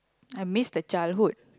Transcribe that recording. I miss the childhood